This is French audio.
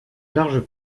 larges